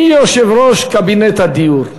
מי יושב-ראש קבינט הדיור?